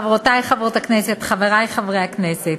חברותי חברות הכנסת, חברי חברי הכנסת,